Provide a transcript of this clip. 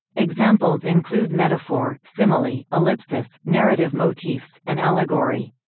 examples include metaphor, simile, ellipsis, narrative motifs, and allegory.